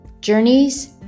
Journeys